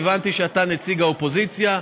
הבנתי שאתה נציג האופוזיציה,